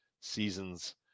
seasons